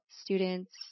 students